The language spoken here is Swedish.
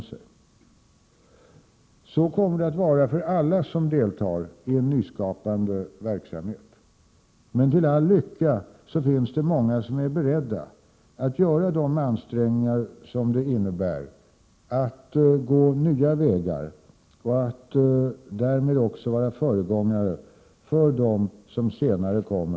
Så kommer det att vara för alla som deltar i en nyskapande verksamhet, men till all lycka finns det många som är beredda att göra de ansträngningar som det innebär att gå nya vägar och att därmed också vara föregångare.